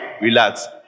relax